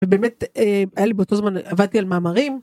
ובאמת היה לי באותו זמן עבדתי על מאמרים.